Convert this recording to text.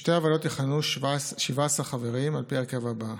בשתי הוועדות יכהנו 17 חברים, על פי ההרכב הזה: